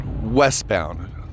westbound